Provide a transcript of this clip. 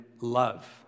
love